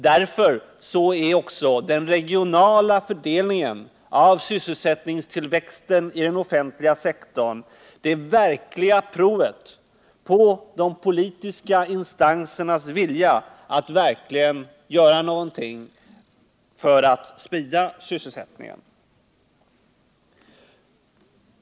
Därför är också den regionala fördelningen av sysselsättningstillväxten i den offentliga sektorn det verkliga provet på de politiska instansernas vilja att göra någonting för att sprida sysselsättningen.